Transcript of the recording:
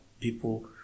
people